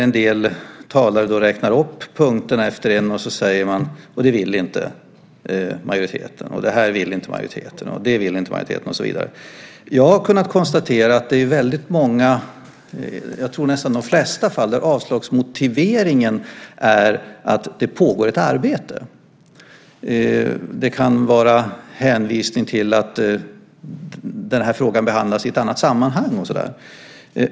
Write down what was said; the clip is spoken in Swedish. En del talare räknar upp punkterna en efter en, och så säger man "och det vill inte majoriteten" efter varje punkt. Jag har kunnat konstatera att avslagsmotiveringen i nästan de flesta fallen, tror jag, är att det pågår ett arbete. Det kan vara en hänvisning till att den här frågan behandlas i ett annat sammanhang och sådant.